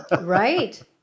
right